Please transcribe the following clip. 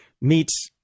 meets